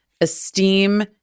esteem